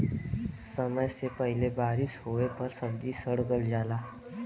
समय से पहिले बारिस होवे पर सब्जी सड़ गल जाला